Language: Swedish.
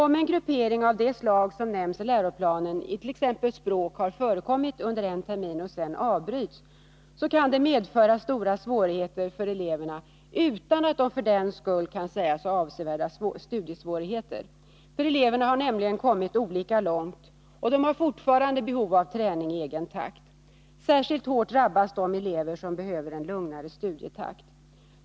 Om en gruppering av det slag som nämns i läroplanen i t.ex. språk har förekommit under en termin och sedan avbryts, kan det medföra stora svårigheter för eleverna utan att de för den skull kan sägas ha ”avsevärda studiesvårigheter”. Eleverna har nämligen kommit olika långt, och de har fortfarande behov av träning i egen takt. Särskilt hårt drabbas de elever som behöver en lugnare studietakt.